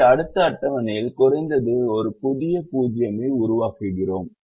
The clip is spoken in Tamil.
எனவே அடுத்த அட்டவணையில் குறைந்தது ஒரு புதிய 0 ஐ உருவாக்குகிறோம்